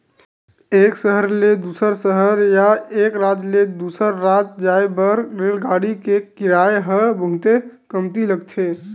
एक सहर ले दूसर सहर या एक राज ले दूसर राज जाए बर रेलगाड़ी के किराया ह बहुते कमती लगथे